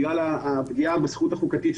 בגלל הפגיעה בזכות החוקתית,